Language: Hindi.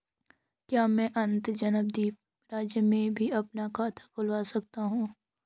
क्या मैं अंतर्जनपदीय राज्य में भी अपना खाता खुलवा सकता हूँ?